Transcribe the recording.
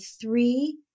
three